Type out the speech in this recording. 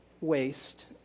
waste